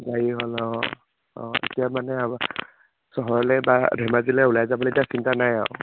গাড়ী হ'ল অঁ অঁ এতিয়া মানে আমাৰ চহৰলৈ বা ধেমাজিলৈ ওলাই যাবলৈ এতিয়া চিন্তা নাই আৰু